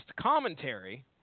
commentary